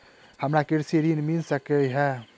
हमरा कृषि ऋण मिल सकै है?